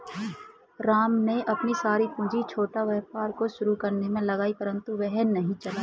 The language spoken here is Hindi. राम ने अपनी सारी पूंजी छोटा व्यापार को शुरू करने मे लगाई परन्तु वह नहीं चला